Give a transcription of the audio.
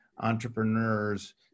entrepreneurs